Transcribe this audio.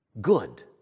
good